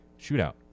shootout